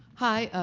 hi.